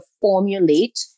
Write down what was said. formulate